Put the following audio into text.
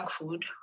food